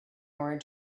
order